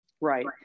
Right